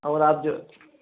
और आप जो